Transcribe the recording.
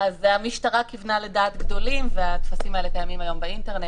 המשטרה כיוונה לדעת גדולים והטפסים האלה קיימים היום באינטרנט.